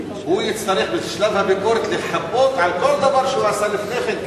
הוא יצטרך בשלב הביקורת לכפות על כל דבר שהוא עשה לפני כן,